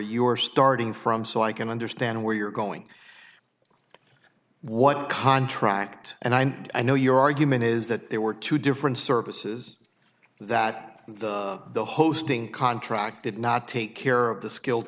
you're starting from so i can understand where you're going what contract and i know your argument is that there were two different services that the hosting contract did not take care of the skilled